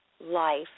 life